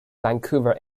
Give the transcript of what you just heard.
vancouver